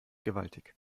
gewaltig